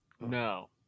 No